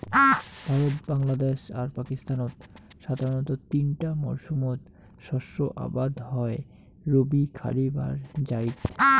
ভারত, বাংলাদ্যাশ আর পাকিস্তানত সাধারণতঃ তিনটা মরসুমত শস্য আবাদ হই রবি, খারিফ আর জাইদ